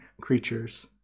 creatures